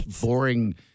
boring